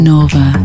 Nova